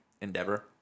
endeavor